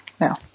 No